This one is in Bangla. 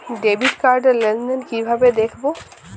ডেবিট কার্ড র লেনদেন কিভাবে দেখবো?